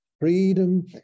Freedom